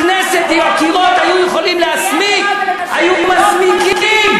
הכנסת, אם הקירות היו יכולים להסמיק היו מסמיקים.